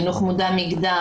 חינוך מודע מגדר,